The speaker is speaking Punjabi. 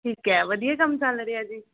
ਠੀਕ ਹੈ ਵਧੀਆ ਕੰਮ ਚੱਲ ਰਿਹਾ ਜੀ